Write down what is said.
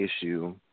issue